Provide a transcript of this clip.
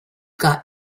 got